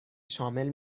شامل